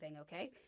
okay